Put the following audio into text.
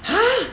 !huh!